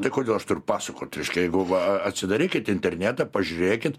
tai kodėl aš turiu pasakot reiškia jeigu va atsidarykit internetą pažiūrėkit